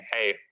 Hey